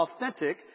authentic